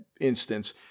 instance